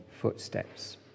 footsteps